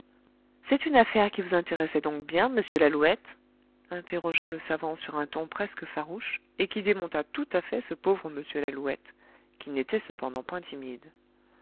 c'est une affaire qui vous intéressait donc bien monsieur lalouette interrogea le savant sur un ton presque farouche et qui démonta tout à fait ce pauvre m lalouette qui n'était cependant point timide